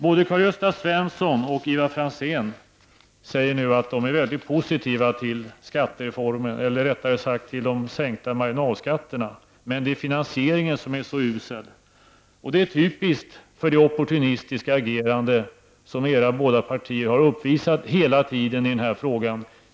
Både Karl-Gösta Svenson och Ivar Franzén säger nu att de är mycket positiva till de sänkta marginalskatterna, men det är finansieringen som är så usel. Det är typiskt för det opportunistiska agerande som era båda partier har uppvisat hela tiden i den här frågan.